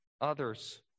others